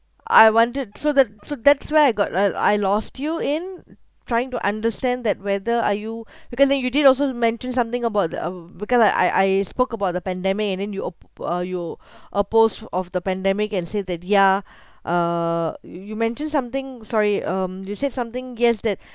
I wanted so the so that's where I got I I lost you in trying to understand that whether are you because then you did also mentioned something about the um because I I I spoke about the pandemic and in op~ uh you oppose of the pandemic and say that yeah uh you you mentioned something sorry um you said something yes that